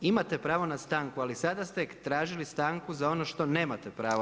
Imate pravo na stanku ali sada ste tražili stanku za ono što nemate pravo.